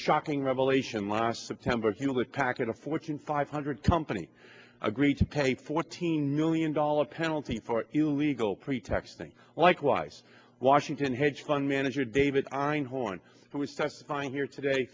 shocking revelation last september hewlett packard a fortune five hundred company agreed to pay fourteen million dollars penalty for illegal pretexting likewise washington hedge fund manager david einhorn who is testifying here today